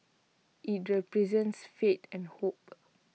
IT represents faith and hope